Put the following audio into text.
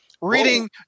Reading